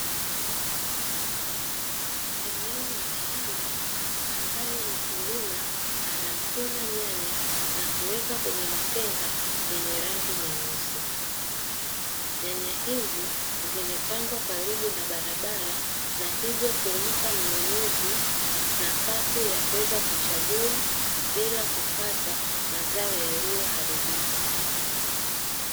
Eneo la shamba ambalo mkulima anavuna nyanya na kuweka kwenye matenga yenye rangi nyeusi. Nyanya hizi zimepangwa karibu na barabara na hivyo kumpa mnunuzi nafasi ya kuweza kuchagua bila kupata mazao yaliyoharibika.